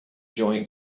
join